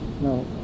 No